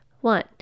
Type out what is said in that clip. One